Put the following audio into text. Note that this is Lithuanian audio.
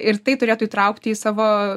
ir tai turėtų įtraukti į savo